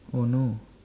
oh no